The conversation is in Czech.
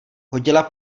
hodila